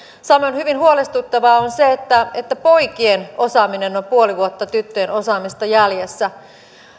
samoin hyvin huolestuttavaa on se että poikien osaaminen on puoli vuotta tyttöjen osaamista jäljessä